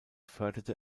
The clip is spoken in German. förderte